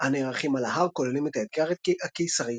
הנערכים על ההר כוללים את האתגר הקיסרי,